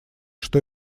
что